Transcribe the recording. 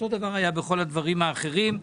בכל הדברים האחרים.